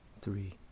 three